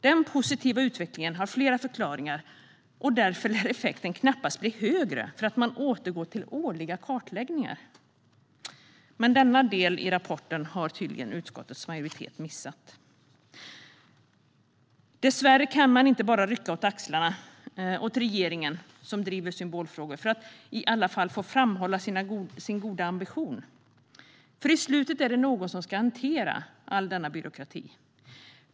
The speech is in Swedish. Denna positiva utveckling har flera förklaringar, och därför lär effekten knappast bli större för att man återgår till årliga kartläggningar. Men denna del i rapporten har utskottets majoritet tydligen missat. Dessvärre kan man inte bara rycka på axlarna åt att regeringen driver symbolfrågor för att i alla fall få framhålla sin goda ambition. I slutet är det nämligen någon som ska hantera all denna byråkrati.